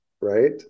right